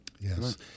Yes